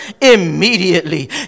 immediately